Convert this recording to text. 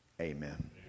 Amen